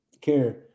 Care